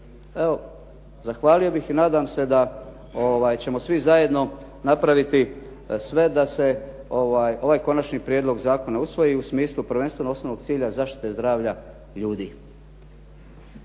Evo, zahvalio bih i nadam se da ćemo svi zajedno napraviti sve da se ovaj konačni prijedlog zakona usvoji u smislu prvenstveno osnovnog cilja zaštite zdravlja ljudi.